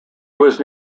was